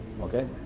Okay